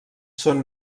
són